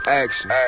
action